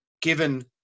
given